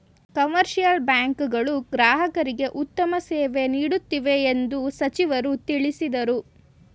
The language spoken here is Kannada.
ಕಮರ್ಷಿಯಲ್ ಬ್ಯಾಂಕ್ ಗಳು ಗ್ರಾಹಕರಿಗೆ ಉತ್ತಮ ಸೇವೆ ನೀಡುತ್ತಿವೆ ಎಂದು ಸಚಿವರು ತಿಳಿಸಿದರು